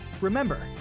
Remember